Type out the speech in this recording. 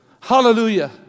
Hallelujah